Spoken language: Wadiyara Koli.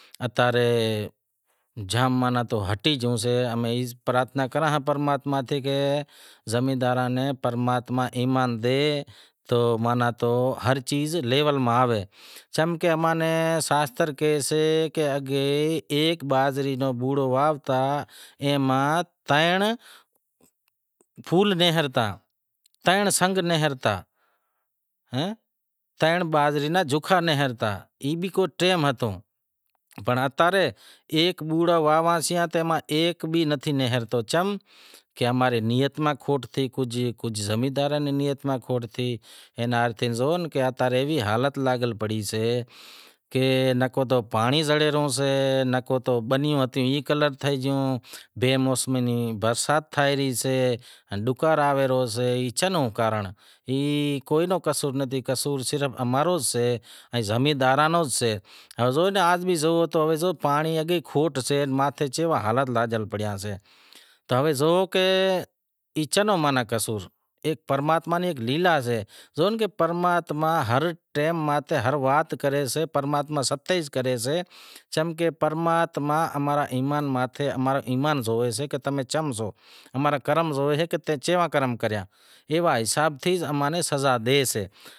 اتا رے جام ماناں ہٹی گیو سے امیں پرارتھنا کراں پرماتما نیں کہ زمینداراں نیں پرماتما ایمان ڈے تو ہر چیز لیول ماں آوے چم کہ اماں نیں شاستر کہیسے کہ اگے ایک باجری رو بوڑو واوتا اےے ماں ترن پھول نہرتا ترن سنگ نہرتا، ترن باجھری ناں جوکھا نہرتا ای بھی کو ٹیم ہتو پنڑ اتا رے ایک پھول واہواساں تے ماں ایک بھی نتھی نہرتو کم کہ اماری نیت ماں کھوٹ تھے گئی، زمینداراں ری نیت ماں کھوٹ تھے گئی اتارے حالت لاگل پڑی سے کہ نکو تو پانڑی زڑے رہیوں سے نکو تو بنیوں ہتیوں ای کلر تھے گیوں، بے موسمی برسات تھے گئی سے ان ڈکار آوے رہیو سے، اے چین نو کارنڑ ای کے رو قصور نتھی قصور صرف امارو سے ان زمینداراں رو سے، زو اگے بھی زو پانڑی ری کھوٹ سے ماتھے کیوو حٓلت لاگل پڑیل سے، جو اے کینو قصور سے، اے پرماتما ری لیلا سے زو ناں پرماتما ہر ٹیم ماتھے ہر وات کریسے پرماتما ستیئ کری سے چمکہ پرماتما امارو ایمان زوئیسے کہ تمیں چم زو امارا کرم زوئے سے کہ تیں کیہوا کرم کریا ایوا حسان تھی اماں نیں سزا دے۔